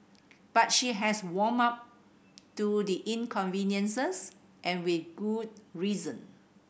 but she has warmed up to the inconveniences and with good reason